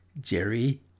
Jerry